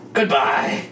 Goodbye